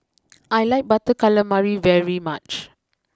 I like Butter Calamari very much